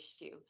issue